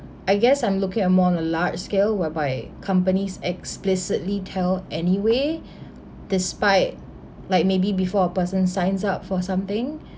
I guess I'm looking on more on a large scale whereby companies explicitly tell anyway despite like maybe before a person signs up for something